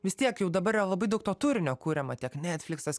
vis tiek jau dabar yra labai daug to turinio kuriama tiek netfliksas